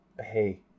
Hey